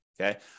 Okay